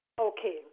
Okay